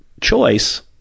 choice